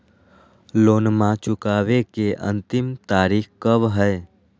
लोनमा चुकबे के अंतिम तारीख कब हय?